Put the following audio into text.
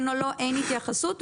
אין התייחסות.